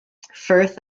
firth